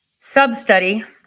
Substudy